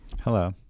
Hello